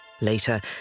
Later